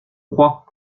crois